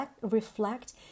reflect